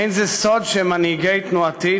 אין זה סוד שמנהיגי תנועתי,